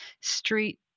street